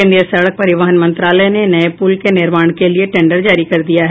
केन्द्रीय सड़क परिवहन मंत्रालय ने नये पूल के निर्माण के लिए टेंडर जारी कर दिया है